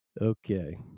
okay